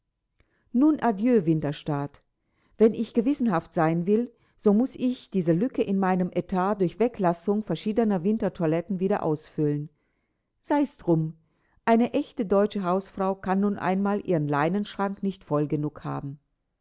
nun adieu winterstaat wenn ich gewissenhaft sein will so muß ich diese lücke in meinem etat durch weglassung verschiedener wintertoiletten wieder ausfüllen sei's drum eine echte deutsche hausfrau kann nun einmal ihren leinenschrank nicht voll genug haben